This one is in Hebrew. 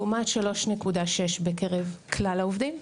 לעומת 3.6 בקרב כלל העובדים.